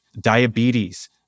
diabetes